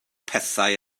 pethau